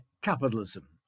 Capitalism